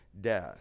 death